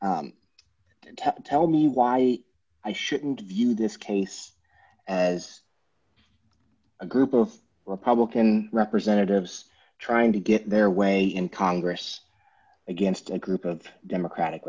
and tell me why i shouldn't view this case as a group of republican representatives trying to get their way in congress against a group of democratic